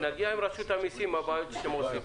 נגיע לרשות המיסים עם הבעיות שאתם עושים.